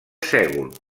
sègol